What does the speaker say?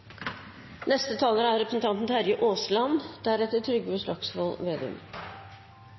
Neste taler er representanten